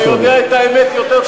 אתה יודע את האמת יותר טוב מכולם.